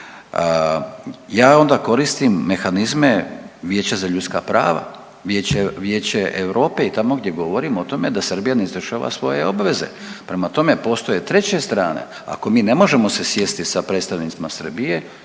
Ja onda koristim mehanizme Vijeća za ljudska prava, Vijeće EU i tamo gdje govorim da o tome da Srbija ne izvršava svoje obveze. Prema tome, postoje treće strane. Ako mi ne možemo se sjesti sa predstavnicima Srbije,